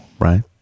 right